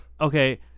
okay